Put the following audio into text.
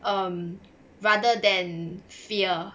um rather than fear